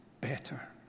better